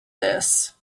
this